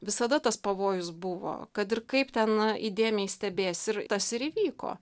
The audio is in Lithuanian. visada tas pavojus buvo kad ir kaip ten įdėmiai stebėsi ir tas ir įvyko